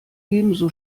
ebenso